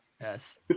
yes